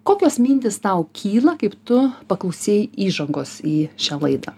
kokios mintys tau kyla kaip tu paklausei įžangos į šią laidą